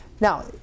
Now